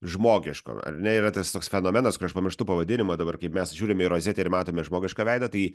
žmogiško ar ne yra tas toks fenomenas kurio aš pamirštu pavadinimą dabar kaip mes žiūrime į rozetę ir matome žmogišką veidą tai